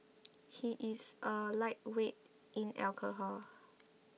he is a lightweight in alcohol